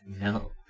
No